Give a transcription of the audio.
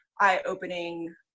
eye-opening